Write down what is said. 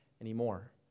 anymore